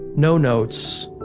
no notes.